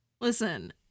Listen